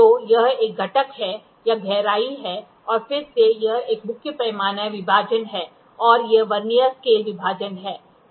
तो यह एक घटक है यह गहराई है और फिर से यह एक मुख्य पैमाने विभाजन है और यह वर्नियर स्केल विभाजन है